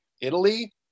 Italy